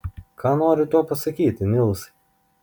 ką nori tuo pasakyti nilsai